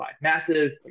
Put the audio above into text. massive